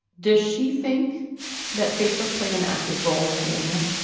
does she think that facebook played an active role in doing that?